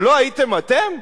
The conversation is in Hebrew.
זה לא הייתם אתם?